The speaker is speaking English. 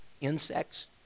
insects